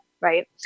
right